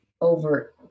over